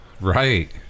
right